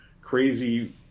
crazy